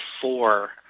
four